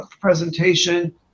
presentation